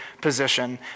position